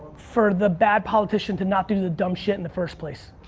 for the bad politician to not do the dumb shit in the first place.